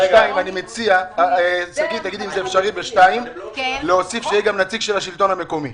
אני מציע שבסעיף 2 נוסיף שיהיה גם נציג של השלטון המקומי.